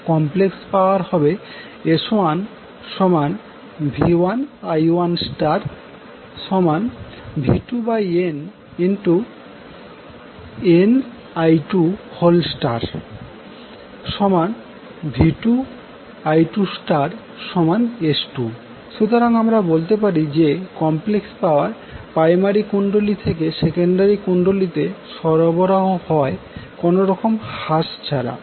complex power হবে S1V1I1V2nnI2V2I2S2 সুতরাং আমরা বলতে পারি যে কমপ্লেক্স পাওয়ার প্রাইমারি কুণ্ডলী থেকে সেকেন্ডারি কুন্ডলীতে সরবরাহ হয় কোনরকম হ্রাস ছাড়া